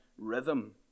Rhythm